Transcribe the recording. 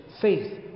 Faith